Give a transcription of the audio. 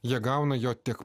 jie gauna jo tiek